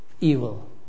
evil